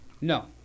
No